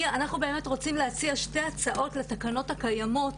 אנחנו רוצים להציע שתי הצעות לתקנות הקיימות